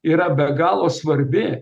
yra be galo svarbi